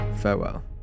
farewell